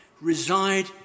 reside